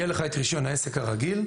יהיה לך את רישיון העסק הרגיל.